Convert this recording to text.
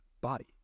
body